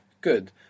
Good